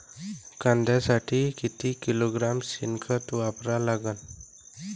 कांद्यासाठी किती किलोग्रॅम शेनखत वापरा लागन?